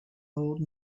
old